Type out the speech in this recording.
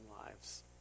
lives